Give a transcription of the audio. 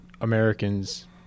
Americans